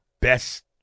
best